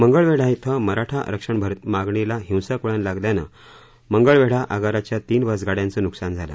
मंगळवेढा श्वं मराठा आरक्षण मागणीला हिंसक वळण लागल्यानं मंगळवेढा आगाराच्या तीन बसगाड्यांचं नुकसान झालं